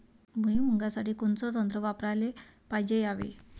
भुइमुगा साठी कोनचं तंत्र वापराले पायजे यावे?